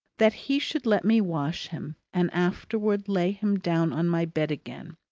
that he should let me wash him and afterwards lay him down on my bed again.